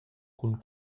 cun